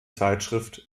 zeitschrift